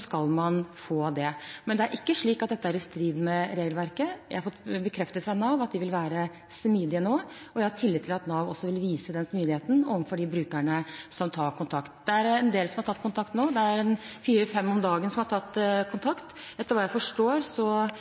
skal man få det. Men det er ikke slik at dette er i strid med regelverket. Jeg har fått bekreftet fra Nav at de vil være smidige nå, og jeg har tillit til at Nav vil vise den smidigheten overfor de brukerne som tar kontakt. Det er en del som har tatt kontakt nå. Det er fire-fem om dagen som har tatt kontakt. Etter hva jeg forstår,